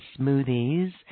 smoothies